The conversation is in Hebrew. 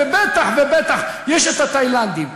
ובטח ובטח כשיש תאילנדים.